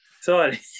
Sorry